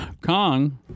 Kong